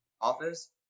office